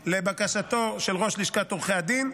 לבקשתו של ראש לשכת עורכי הדין,